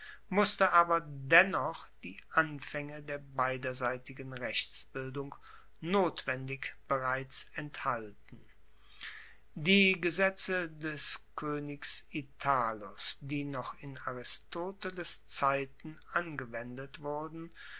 musste aber dennoch die anfaenge der beiderseitigen rechtsbildung notwendig bereits enthalten die gesetze des koenigs italus die noch in aristoteles zeiten angewendet wurden